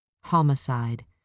Homicide